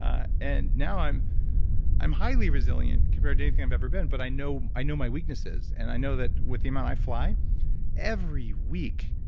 and now, i'm i'm highly resilient compared to anything i've ever been, but i know i know my weaknesses and i know that with the amount i fly every week,